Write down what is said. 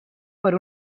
per